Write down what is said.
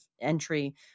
entry